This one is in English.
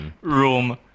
room